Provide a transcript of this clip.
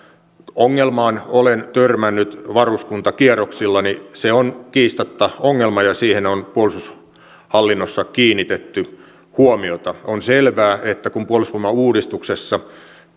ongelmaan olen törmännyt varuskuntakierroksillani se on kiistatta ongelma ja siihen on puolustushallinnossa kiinnitetty huomiota on selvää että kun puolustusvoimauudistuksessa